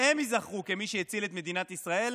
והם ייזכרו כמי שהצילו את מדינת ישראל,